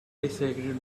disagreed